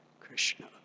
Krishna